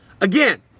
Again